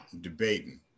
debating